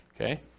Okay